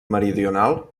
meridional